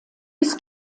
bis